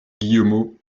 guillemot